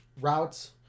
routes